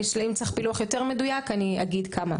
אם צריך פילוח יותר מדויק אז אני אגיד כמה.